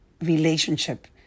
relationship